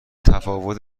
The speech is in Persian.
تفاوت